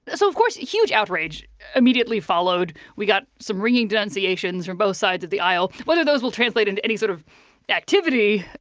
so of course, huge outrage immediately followed. we got some ringing denunciations from both sides of the aisle. whether those will translate into any sort of activity.